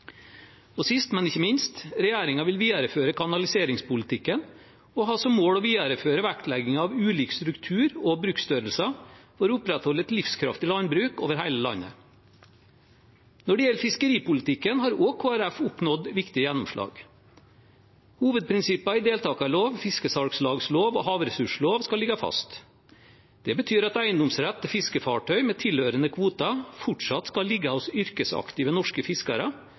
Og sist, men ikke minst: Regjeringen vil videreføre kanaliseringspolitikken og ha som mål å videreføre vektleggingen av ulik struktur og bruksstørrelse for å opprettholde et livskraftig landbruk over hele landet. Når det gjelder fiskeripolitikken, har Kristelig Folkeparti også oppnådd viktige gjennomslag. Hovedprinsippene i deltakerloven, fiskesalgslagsloven og havressursloven skal ligge fast. Det betyr at eiendomsrett til fiskefartøy med tilhørende kvoter fortsatt skal ligge hos yrkesaktive norske fiskere,